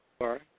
Sorry